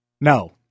No